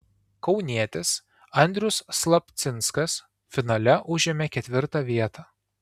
kaunietis andrius slapcinskas finale užėmė ketvirtą vietą